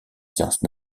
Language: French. sciences